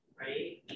right